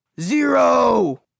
Zero